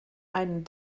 einen